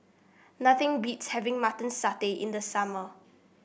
nothing beats having Mutton Satay in the summer